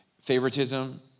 favoritism